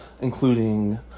including